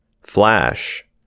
Flash